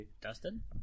Dustin